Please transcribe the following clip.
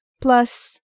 plus